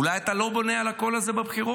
אולי אתה לא בונה על הקול הזה בבחירות,